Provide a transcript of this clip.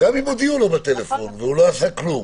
--- גם אם הודיעו לו בטלפון והוא לא עשה כלום.